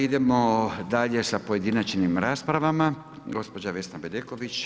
Idemo dalje sa pojedinačnim raspravama, gospođa Vesna Bedeković.